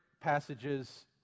Passages